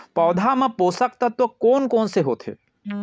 पौधे मा पोसक तत्व कोन कोन से होथे?